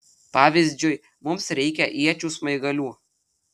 pavyzdžiui mums reikia iečių smaigalių